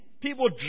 people